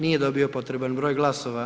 Nije dobio potreban broj glasova.